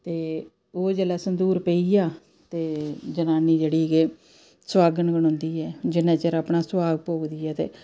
ते ओह जेल्ल संदूर पेई आं ते जनानी जेह्ड़ी सुहागन गनोंदी ऐ जिन्ने चिर अपना